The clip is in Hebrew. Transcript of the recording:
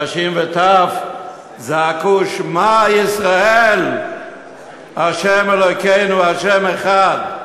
נשים וטף, זעקו: שמע ישראל ה' אלוקינו ה' אחד,